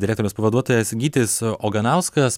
direktorės pavaduotojas gytis oganauskas